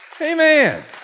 Amen